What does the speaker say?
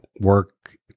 work